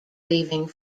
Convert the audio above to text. leaving